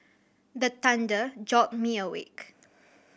the thunder jolt me awake